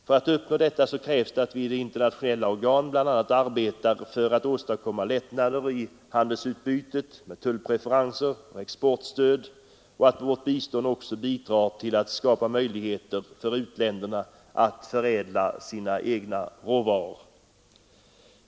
För att uppnå detta krävs att vi i internationella organ bl.a. arbetar för att åstadkomma lättnader i handelsutbytet med tullpreferenser och exportstöd, och att vårt bistånd också bidrar till att skapa möjligheter för u-länderna att förädla sina egna råvaror.